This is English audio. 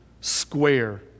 square